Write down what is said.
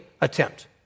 attempt